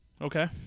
Okay